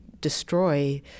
destroy